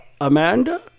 Amanda